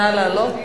נא לעלות.